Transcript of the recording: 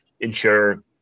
ensure